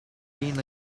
been